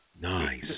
Nice